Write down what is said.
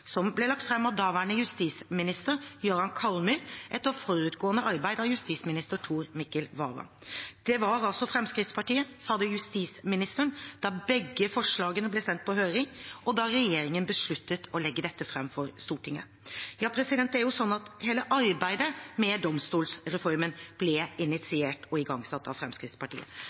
som ble lagt fram av daværende justisminister Jøran Kallmyr, etter forutgående arbeid av justisminister Tor Mikkel Wara. Det var altså Fremskrittspartiet som hadde justisministeren da begge forslagene ble sendt på høring, og da regjeringen besluttet å legge dette fram for Stortinget. Hele arbeidet med domstolsreformen ble initiert og igangsatt av Fremskrittspartiet